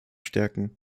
stärken